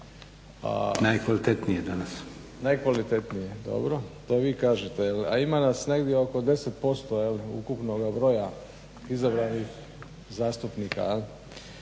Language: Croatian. Najkvalitetnije danas./ … najkvalitetnije dobro, to vi kažete. A ima nas negdje oko 10% ukupnoga broja izabranih zastupnika.